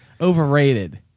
Overrated